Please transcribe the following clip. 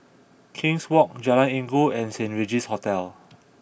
King's Walk Jalan Inggu and Saint Regis Hotel